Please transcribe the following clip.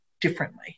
differently